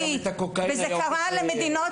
זה קרה למדינות